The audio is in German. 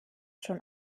schon